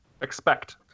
Expect